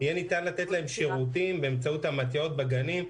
ויהיה ניתן לתת להם שירותים באמצעות מתי"א בגנים.